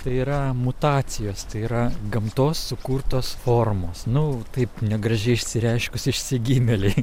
tai yra mutacijos tai yra gamtos sukurtos formos nu taip negražiai išsireiškus išsigimėliai